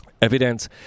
Evidence